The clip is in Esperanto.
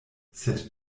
sed